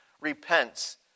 repents